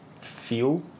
feel